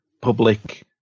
public